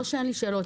לא שאין לי שאלות,